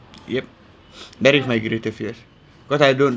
yup that is my greatest fears but I don't